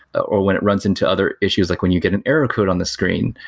or when it runs into other issues, like when you get an error code on the screen,